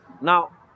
Now